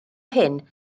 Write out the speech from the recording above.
hyn